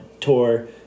tour